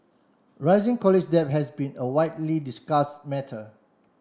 rising college debt has been a widely discuss matter